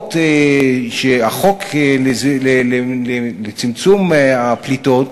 ההוראות של החוק לצמצום הפליטות,